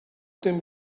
dem